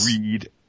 read